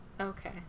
Okay